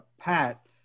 Pat